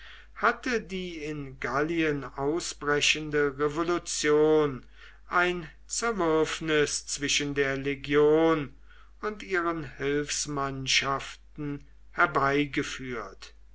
hatte die in gallien ausbrechende revolution ein zerwürfnis zwischen der legion und ihren hilfsmannschaften herbeigeführt